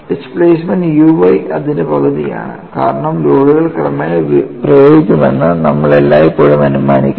displacement u y അതിന്റെ പകുതിയാണ് കാരണം ലോഡുകൾ ക്രമേണ പ്രയോഗിക്കുമെന്ന് നമ്മൾ എല്ലായ്പ്പോഴും അനുമാനിക്കുന്നു